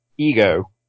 ego